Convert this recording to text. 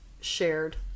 shared